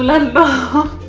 and.